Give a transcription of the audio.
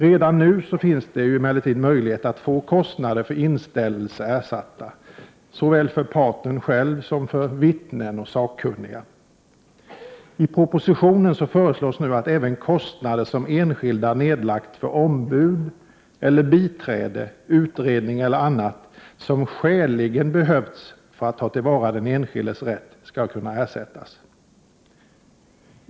Redan nu finns emellertid möjlighet att få kostnader för inställelse ersatta, såväl för parten själv som för vittnen och sakkunniga. I propositionen föreslås nu att även kostnader som den enskilde nedlagt för ombud, biträde, utredning eller annat som skäligen behövts för att den enskilde skall kunna ta till vara sin rätt skall kunna ersättas.